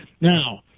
Now